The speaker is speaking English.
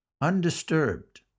Undisturbed